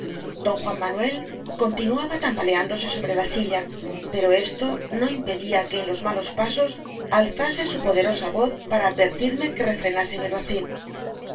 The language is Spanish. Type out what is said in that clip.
don juan manuel conti nuaba tambaleándose sobre la silla pero esto no impedía que en los malos pasos alza se su poderosa voz para advertirme que re frenase mi